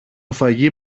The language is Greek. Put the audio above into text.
φαγί